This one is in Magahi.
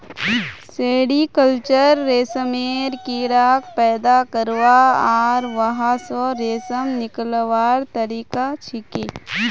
सेरीकल्चर रेशमेर कीड़ाक पैदा करवा आर वहा स रेशम निकलव्वार तरिका छिके